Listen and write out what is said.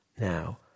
now